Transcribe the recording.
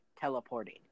teleporting